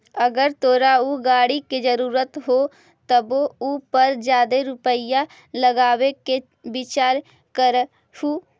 अगर तोरा ऊ गाड़ी के जरूरत हो तबे उ पर जादे रुपईया लगाबे के विचार करीयहूं